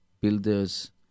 builders